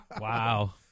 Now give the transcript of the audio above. Wow